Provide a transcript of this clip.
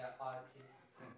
artists